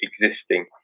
existing